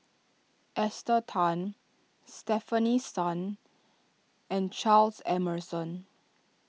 Esther Tan Stefanie Sun and Charles Emmerson